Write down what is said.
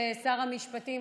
שר המשפטים,